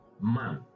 man